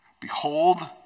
Behold